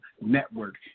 Network